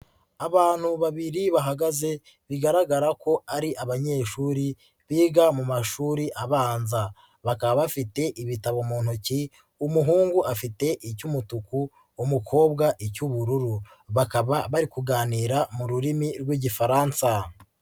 Abantu babiri bahagaze bigaragara ko ari abanyeshuri biga mu mashuri abanza, bakaba bafite ibitabo mu ntoki umuhungu afite icy'umutuku, umukobwa icy'ubururu, bakaba bari kuganira mu rurimi rw'igifaransa.